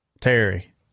Terry